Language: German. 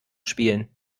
spielen